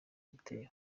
igitero